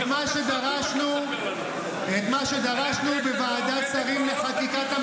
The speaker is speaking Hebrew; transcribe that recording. -- את מה שדרשנו בוועדת שרים לחקיקה.